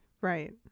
Right